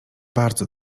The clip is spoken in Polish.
bardzo